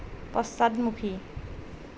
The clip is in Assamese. পশ্চাদমুখী